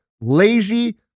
lazy